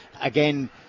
Again